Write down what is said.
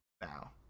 now